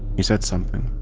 he said something,